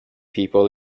people